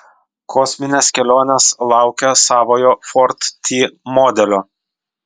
kosminės kelionės laukia savojo ford t modelio